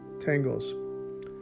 tangles